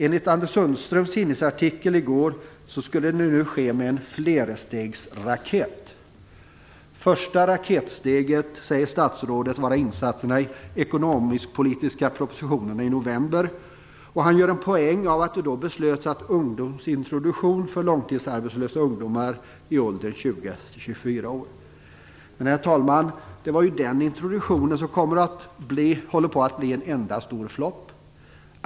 Enligt Anders Sundströms tidningsartikel i går skall arbetslösheten bekämpas med en flerstegsraket. Första raketsteget är, sade statsrådet, insatserna i ekonomisk-politiska propositionerna i november, och han gjorde en poäng av att det då fattades beslut om ungdomsintroduktion för långtidsarbetslösa ungdomar i åldern 20-24 år. Men, herr talman, den introduktionen håller ju på att bli en enda stor flopp!